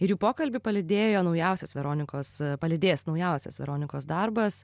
ir jų pokalbį palydėjo naujausias veronikos palydės naujausias veronikos darbas